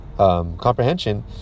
Comprehension